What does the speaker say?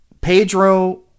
pedro